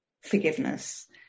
forgiveness